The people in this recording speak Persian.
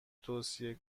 توصیه